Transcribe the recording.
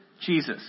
Jesus